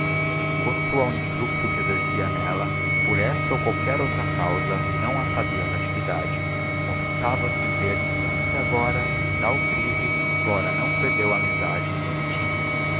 quanto ao influxo que exercia nela por essa ou qualquer outra causa não a sabia natividade contentava-se em ver que ainda agora e em tal crise flora não perdera a amizade que lhe tinha